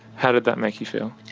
how did that make you feel?